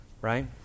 right